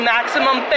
Maximum